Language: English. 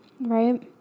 Right